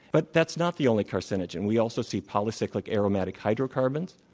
but that's not the only carcinogen. we also see polycyclic aromatic hydrocarbons,